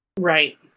Right